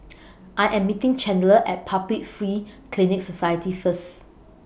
I Am meeting Chandler At Public Free Clinic Society First